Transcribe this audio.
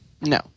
No